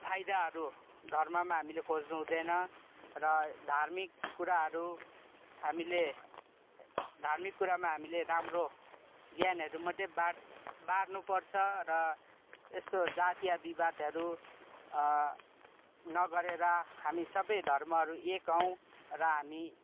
फाइदाहरू धर्ममा हामीले खोज्नु हुँदैन र धार्मिक कुराहरू हामीले धार्मिक कुरामा हामीले राम्रो ज्ञानहरू मात्रै बाट् बाड्नुपर्छ र यस्तो जातीय विवादहरू नगरेर हामी सबै धर्महरू एक हौँ र हामी